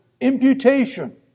imputation